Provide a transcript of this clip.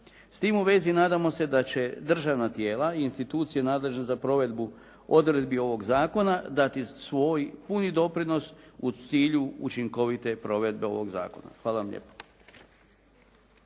S tim u vezi nadamo se da će državna tijela i institucije nadležne za provedbu odredbi ovog zakona dati svoj puni doprinos u cilju učinkovite provedbe ovog zakona. Hvala vam lijepo.